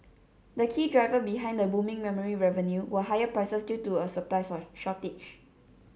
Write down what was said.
the key driver behind the booming memory revenue were higher prices due to a supplies or shortage